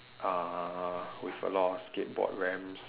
uh with a lot of skateboard ramps